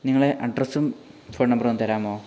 നിങ്ങളെ അഡ്രസ്സും ഫോൺ നമ്പറും ഒന്നു തരാമോ